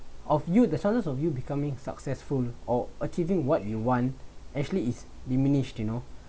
of you the chance of you becoming successful or achieving what we want actually is diminished you know